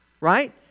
Right